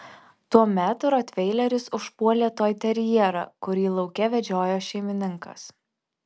tuomet rotveileris užpuolė toiterjerą kurį lauke vedžiojo šeimininkas